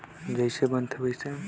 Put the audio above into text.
गुनजा कौन व्यवसाय कइसे करबो?